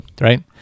right